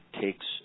takes